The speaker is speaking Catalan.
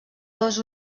dos